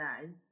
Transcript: today